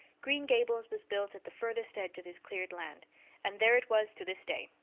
green gables was built at the furthest edge of his cleared land and there it was to this day,